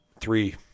three